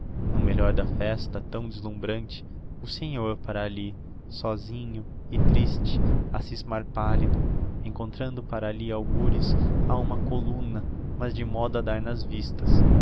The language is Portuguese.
no melhor da festa tão deslumbrante o senhor para alli sósinho e triste a scismar pállido encostado para alli algures a uma columna mas de modo a dar nas vistas